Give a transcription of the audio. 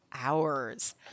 hours